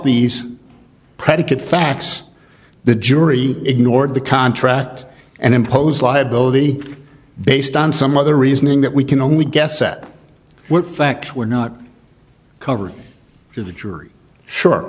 these predicate facts the jury ignored the contract and imposed liability based on some other reasoning that we can only guess at what facts were not covered for the jury sure